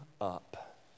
up